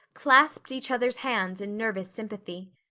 clasped each other's hands in nervous sympathy.